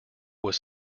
was